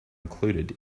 included